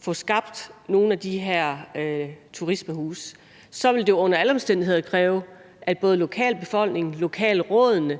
få skabt nogle af de her turismehuse, så ville det under alle omstændigheder kræve, at både lokalbefolkningen, lokalrådene